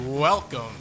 Welcome